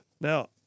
Now